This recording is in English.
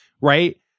right